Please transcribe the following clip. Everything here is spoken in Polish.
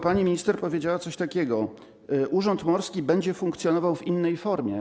Pani minister powiedziała coś takiego: urząd morski będzie funkcjonował w innej formie.